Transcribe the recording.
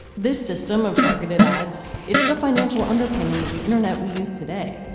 this system of targeted ads. it's the financial underpinning of the internet we use today.